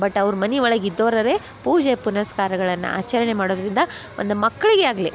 but ಅವ್ರು ಮನೆ ಒಳಗೆ ಇದ್ದೋರರೇ ಪೂಜೆ ಪುನಸ್ಕಾರಗಳನ್ನ ಆಚರಣೆ ಮಾಡೋದರಿಂದ ಒಂದು ಮಕ್ಕಳಿಗೆ ಆಗಲಿ